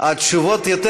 התשובות עכשיו?